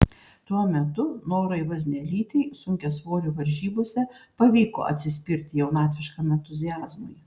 tuo metu norai vaznelytei sunkiasvorių varžybose pavyko atsispirti jaunatviškam entuziazmui